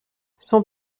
son